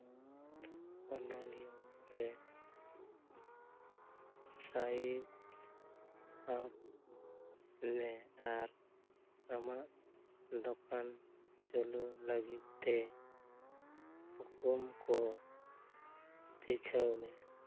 ᱚᱱᱚᱞᱤᱭᱟᱹ ᱨᱮ ᱥᱟᱭᱤᱴ ᱟᱯ ᱢᱮ ᱟᱨ ᱟᱢᱟᱜ ᱫᱚᱠᱟᱱ ᱪᱟᱹᱞᱩ ᱞᱟᱹᱜᱤᱫ ᱛᱮ ᱦᱩᱠᱩᱢ ᱠᱚ ᱯᱤᱪᱷᱟᱹᱣ ᱢᱮ